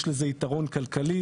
יש לזה יתרון כלכלי.